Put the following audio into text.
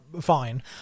fine